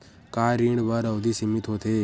का ऋण बर अवधि सीमित होथे?